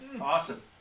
Awesome